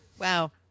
Wow